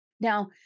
Now